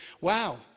wow